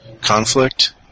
conflict